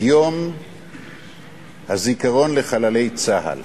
יום הזיכרון לחללי צה"ל